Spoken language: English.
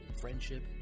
friendship